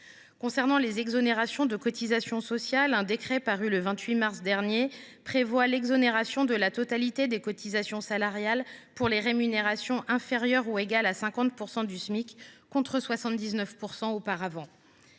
apprenti en situation de handicap. Par ailleurs, un décret publié le 28 mars dernier prévoit l’exonération de la totalité des cotisations salariales pour les rémunérations inférieures ou égales à 50 % du Smic, contre 79 % auparavant.